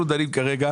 אנחנו דנים כרגע